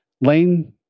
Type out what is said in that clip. Lane